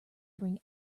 bring